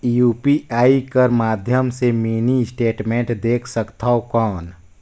UPI कर माध्यम से मिनी स्टेटमेंट देख सकथव कौन?